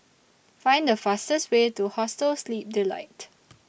Find The fastest Way to Hostel Sleep Delight